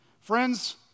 Friends